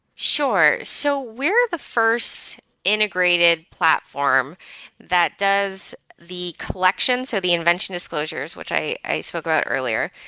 sure. so we're the first integrated platform that does the collections. so the invention disclosures which i i spoke about earlier.